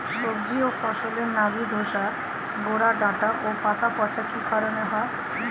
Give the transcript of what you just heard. সবজি ও ফসলে নাবি ধসা গোরা ডাঁটা ও পাতা পচা কি কারণে হয়?